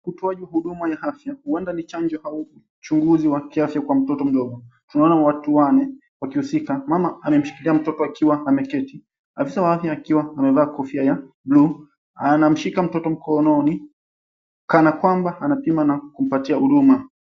Utoaji huduma ya afya huenda ni chanjo au uchunguzi wa kiafya kwa mtoto mdogo. Tunaona watu wanne wakihusika mama amemshikilia mtoto akiwa ameketi. Afisa wa afya akiwa amevaa kofia ya bluu anamshika mtoto mkononi kana kwamba anapima na kumpatia huduma.